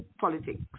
politics